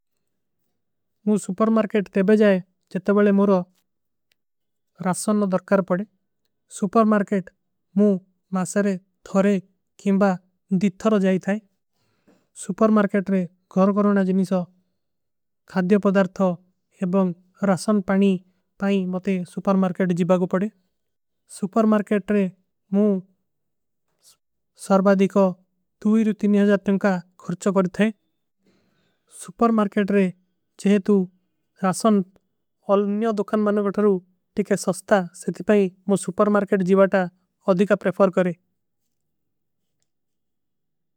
ମୁଝେ ସୁପର୍ମାର୍କେଟ ଦେବେ ଜାଏ, ଜଟେ ବଡେ ମୁରୋ ରଶନ ଲୋ ଦର୍କାର ପଡେ। ସୁପର୍ମାର୍କେଟ ମୁଝେ ମାସରେ ଧରେ କେଂବା ଦିଧରୋ ଜାଏ ଥାଈ ସୁପର୍ମାର୍କେଟ ରେ। ଘର ଗରୋନା ଜୀନୀ ସା ଖାଦ୍ଯା ପଦାର୍ଥା ଏବଂ ରଶନ ପାଣୀ ପାଈ ମତେ। ସୁପର୍ମାର୍କେଟ ଜୀବା କୋ ପଡେ ସୁପର୍ମାର୍କେଟ ରେ ମୁଝେ। ସର୍ଵାଦୀ କୋ ତୁଈରୂ ତୀନିଯା ଜାଟ୍ରିଂକା ଘର୍ଚା କରେ ଥାଈ ସୁପର୍ମାର୍କେଟ। ରେ ଜେହେ ତୁ ରଶନ ଔର ନିଯା ଦୁଖାନ ବନନେ ଗଟରୋ ଟୀକେ ସସ୍ତା। ସେତି ପାଈ ମୁଝେ ସୁପର୍ମାର୍କେଟ ଜୀବା ତା ଅଧିକା ପ୍ରେଫର କରେ।